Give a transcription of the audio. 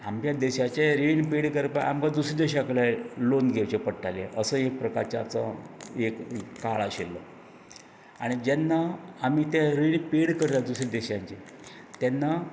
आमगेले देशाचे रीण पेड करपाक आमकां दुसऱ्या देशां कडल्यान लोन घेवपाक पडटाले असो एक प्रकाराच्यो एक काळ आशिल्लो आनी जेन्ना आमी तें रीण पेड करतात दुसऱ्या देशाचें तेन्ना